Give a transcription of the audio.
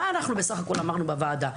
מה בסך הכול אמרנו בוועדה?